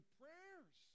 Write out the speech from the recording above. prayers